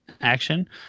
action